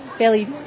fairly